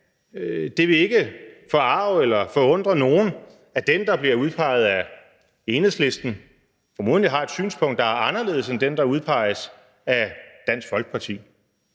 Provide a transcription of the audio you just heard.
Det vil ikke forarge eller forundre nogen, at den, der bliver udpeget af Enhedslisten, formodentlig har et synspunkt, der er anderledes end hos den, der udpeges af Dansk Folkeparti.